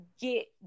get